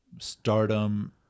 stardom